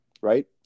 right